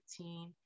2015